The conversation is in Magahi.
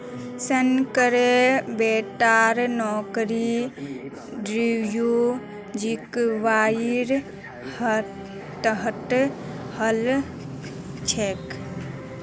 शंकरेर बेटार नौकरी डीडीयू जीकेवाईर तहत हल छेक